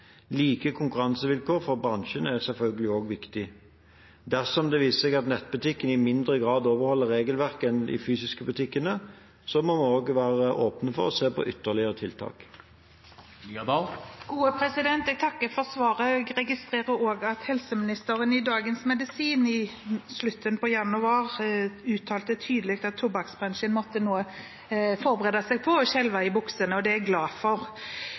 Like konkurransevilkår for bransjen er selvfølgelig også viktig. Dersom det viser seg at nettbutikkene overholder regelverket i mindre grad enn de fysiske butikkene, må vi være åpne for å se på ytterligere tiltak. Jeg takker for svaret. Jeg registrerer også at helseministeren i Dagens Medisin i slutten av januar tydelig uttalte at tobakksbransjen må forberede seg på å «skjelve i buksene» – og det er jeg glad for.